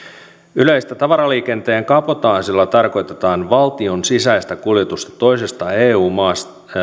yleistä tavaraliikenteen kabotaasilla tarkoitetaan valtion sisäistä kuljetusta toisessa eu maassa